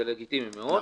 זה לגיטימי מאוד,